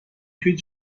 توی